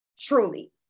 Truly